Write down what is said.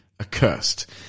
accursed